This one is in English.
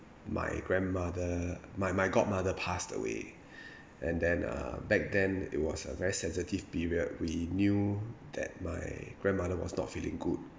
my grandmother my my god mother passed away and then uh back then it was a very sensitive period we knew that my grandmother was not feeling good